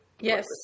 yes